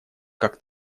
как